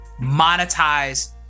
monetize